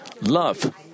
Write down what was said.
Love